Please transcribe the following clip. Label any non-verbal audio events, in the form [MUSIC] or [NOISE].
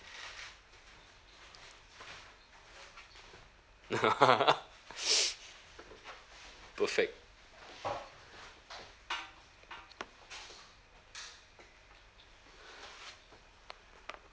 [LAUGHS] [NOISE] perfect